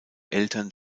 eltern